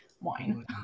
wine